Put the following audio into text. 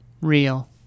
Real